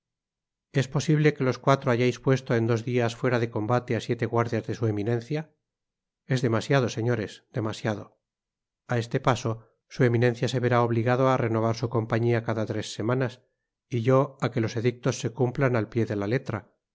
es posible que los cuatro hayais puesto en dos dias fuera de combate á siete guardias de su eminencia es demasiado señores demasiado a este paso su eminencia se verá obligado renovar su compañia cada tres semanas y yo á que tos edictos se cumplan al pié de la letra